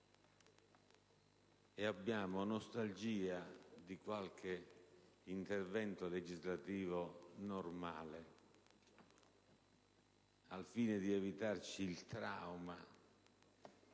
ed abbiamo nostalgia di qualche intervento legislativo normale al fine di evitarci il trauma